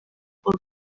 kuwa